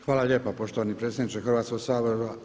Hvala lijepa poštovani predsjedniče Hrvatskog sabora.